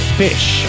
fish